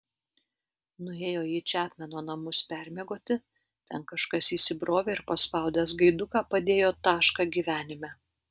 nuėjo į čepmeno namus permiegoti ten kažkas įsibrovė ir paspaudęs gaiduką padėjo tašką gyvenime